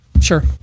sure